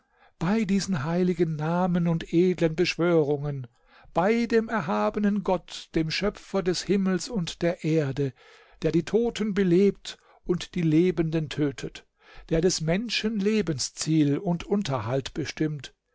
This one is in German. bei diesen heiligen namen und edlen beschwörungen bei dem erhabenen gott dem schöpfer des himmels und der erde der die toten belebt und die lebenden tötet der des menschen lebensziel und unterhalt bestimmt